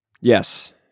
yes